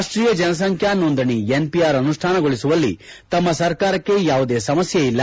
ರಾಷ್ಟೀಯ ಜನಸಂಖ್ಯಾ ನೋಂದಣಿ ಎನ್ಪಿಆರ್ ಅನುಷ್ಟಾನಗೊಳಿಸುವಲ್ಲಿ ತಮ್ಮ ಸರ್ಕಾರಕ್ಕೆ ಯಾವುದೇ ಸಮಸ್ಕೆ ಇಲ್ಲ